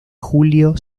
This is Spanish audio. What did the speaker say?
julio